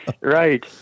right